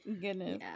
goodness